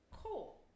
cool